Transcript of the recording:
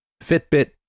Fitbit